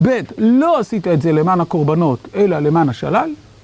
ב) לא עשית את זה למען הקורבנות, אלא למען השלל.